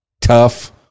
tough